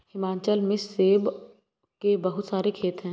हिमाचल में सेब के बहुत सारे खेत हैं